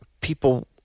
people